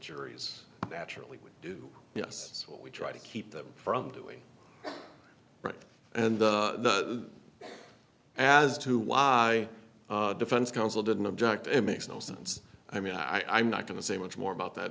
juries naturally would do yes what we try to keep them from doing and the as to why defense counsel didn't object it makes no sense i mean i am not going to say much more about that